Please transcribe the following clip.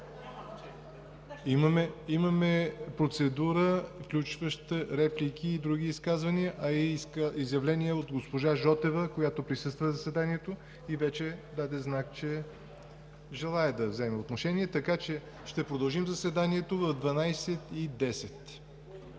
Имаме процедура, включваща реплики и други изказвания, а и изявление от госпожа Жотева, която присъства на заседанието и вече даде знак, че желае да вземе отношение, така че ще продължим заседанието в 12,10